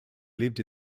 lived